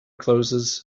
closes